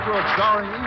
Starring